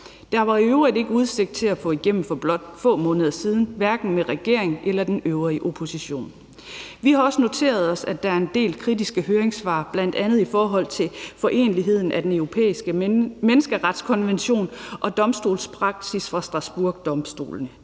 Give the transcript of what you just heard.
var der i øvrigt ikke udsigt til at få igennem for blot få måneder siden, hverken med regeringen eller den øvrige opposition. Vi har også noteret os, at der er en del kritiske høringssvar, bl.a. i forhold til foreneligheden af den europæiske menneskerettighedskonvention og domstolspraksis fra Strasbourgdomstolen.